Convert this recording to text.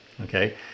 Okay